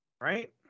Right